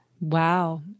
Wow